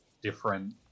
different